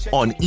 on